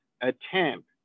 attempt